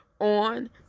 on